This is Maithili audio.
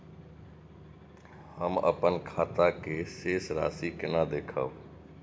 हम अपन खाता के शेष राशि केना देखब?